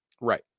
Right